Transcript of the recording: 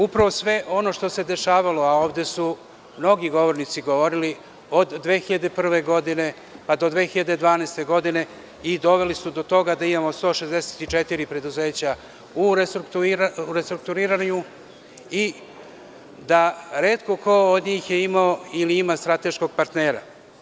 Upravo sve ono što se dešavalo, a ovde su mnogi govornici govorili, od 2001. do 2012. godine, i doveli su do toga da imamo 164 preduzeća u restrukturiranju i retko ko od njih je imao ili ima strateškog partnera.